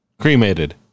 Cremated